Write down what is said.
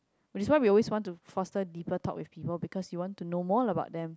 that's why we always want to foster deeper talk with people because you want to know more about them